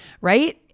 right